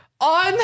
On